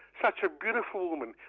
such a beautiful woman,